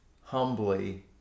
humbly